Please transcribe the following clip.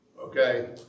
Okay